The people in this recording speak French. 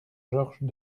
georges